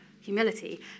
humility